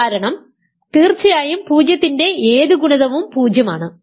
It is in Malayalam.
കാരണം തീർച്ചയായും 0 ന്റെ ഏത് ഗുണിതവും 0 ആണ്